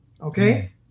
okay